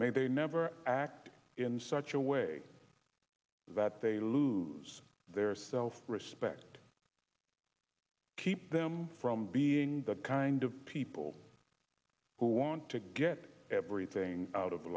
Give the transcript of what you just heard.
may they never act in such a way that they lose their self respect keep them from being that kind of people who want to get everything out of